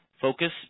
focus